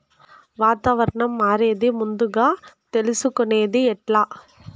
వాతావరణం మారేది ముందుగా తెలుసుకొనేది ఎట్లా?